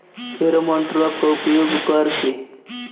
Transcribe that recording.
Pheromone trap का उपयोग कर के?